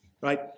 Right